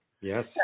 Yes